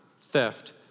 theft